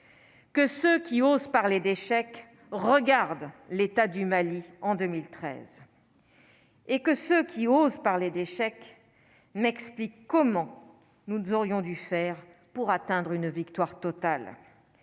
que ceux qui osent parler d'échec, regarde l'état du Mali en 2013 et que ceux qui osent parler d'échec m'explique comment, nous, nous aurions dû faire pour atteindre une victoire totale